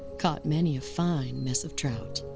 caught many a fine mess of trout.